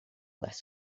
less